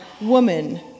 woman